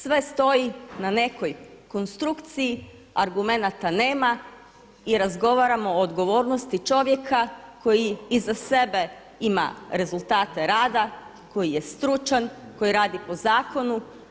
Sve stoji na nekoj konstrukciji, argumenata nema i razgovaramo o odgovornosti čovjeka koji iza sebe ima rezultate rade, koji je stručan, koji radi po zakonu.